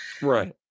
Right